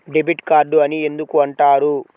Debit card అని ఎందుకు అంటారు?